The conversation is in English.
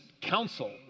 council